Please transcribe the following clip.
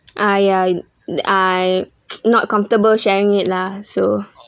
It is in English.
ah ya that I not comfortable sharing it lah so